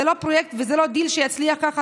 זה לא פרויקט וזה לא דיל שיצליח ככה,